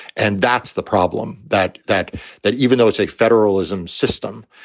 and that's the problem that that that even though it's a federalism system,